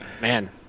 man